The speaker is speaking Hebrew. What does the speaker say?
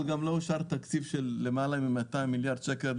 אבל גם לא אושר תקציב של למעלה מ-200 מיליארד שקל,